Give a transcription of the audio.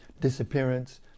disappearance